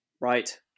Right